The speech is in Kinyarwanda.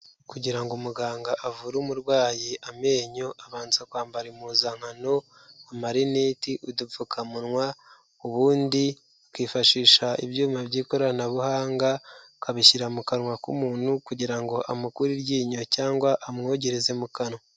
Kugira ngo umuganga avure umurwayi amenyo abanza kwambara impuzankano, amarineti, udupfukamunwa, ubundi akifashisha ibyuma by'ikoranabuhanga akabishyira mu kanwa k'umuntu kugira ngo amukure iryinyo cyangwa amwogereze mu kanwa.